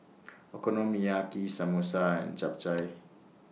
Okonomiyaki Samosa and Japchae